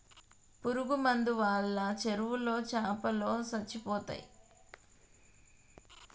పురుగు మందు వాళ్ళ చెరువులో చాపలో సచ్చిపోతయ్